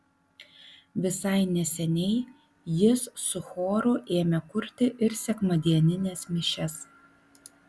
visai neseniai jis su choru ėmė kurti ir sekmadienines mišias